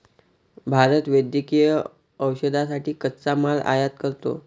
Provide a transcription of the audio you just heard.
भारत वैद्यकीय औषधांसाठी कच्चा माल आयात करतो